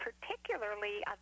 particularly